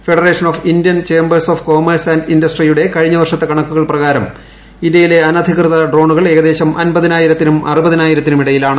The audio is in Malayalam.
federation of Indian chambers of commerce and ഇൻഡസ്ട്രിയുടെ കഴിഞ്ഞവർഷത്തെ കണക്കുകൾ പ്രകാരം ഇന്ത്യയിലെ അനധികൃത ഡ്രോണുകൾ ഏകദേശം അൻപതിനായിരത്തിനും അറുപതിനായിരത്തിനും ഇടയിലാണ്